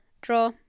Draw